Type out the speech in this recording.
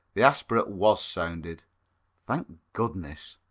the aspirate was sounded thank goodness!